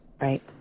Right